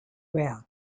rail